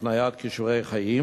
הקניית כישורי חיים.